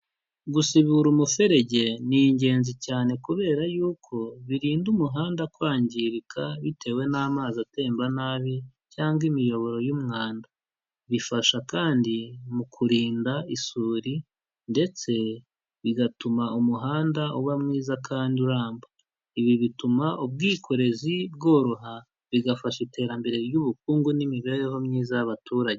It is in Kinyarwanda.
Gusibura umuferege ni ingenzi cyane kubera yuko birinda umuhanda kwangirika, bitewe n'amazi atemba nabi cyangwa imiyoboro y'umwanda, bifasha kandi mu kurinda isuri ndetse bigatuma umuhanda uba mwiza kandi uramba, ibi bituma ubwikorezi bworoha bigafasha iterambere ry'ubukungu n'imibereho myiza y'abaturage.